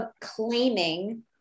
claiming